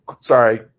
sorry